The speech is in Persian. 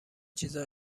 چیزا